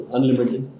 Unlimited